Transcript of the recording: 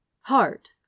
heart